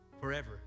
forever